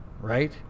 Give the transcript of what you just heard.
right